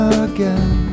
again